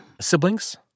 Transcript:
Siblings